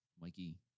Mikey